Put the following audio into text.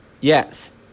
Yes